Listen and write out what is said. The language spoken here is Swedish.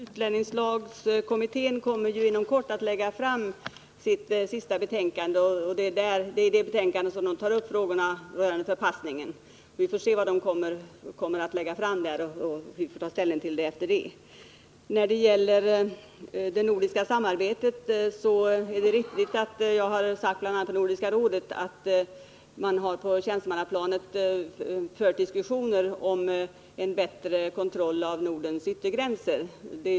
Herr talman! Utlänningslagkommittén kommer ju inom kort att lägga fram sitt sista betänkande, och det är i det betänkandet som kommittén tar upp frågorna rörande förpassningen. Vi får se vad kommittén föreslår och därefter ta ställning. När det gäller det nordiska samarbetet är det riktigt att jag sagt bl.a. i Nordiska rådet att man på tjänstemannaplanet fört diskussioner om en bättre kontroll av Nordens yttergränser.